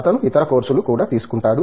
అతను ఇతర కోర్సులు కూడా తీసుకుంటాడు